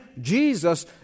Jesus